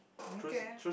mm K